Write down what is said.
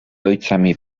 ojcami